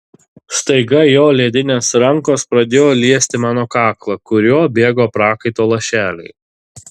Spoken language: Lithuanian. staiga jo ledinės rankos pradėjo liesti mano kaklą kuriuo bėgo prakaito lašeliai